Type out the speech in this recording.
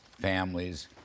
families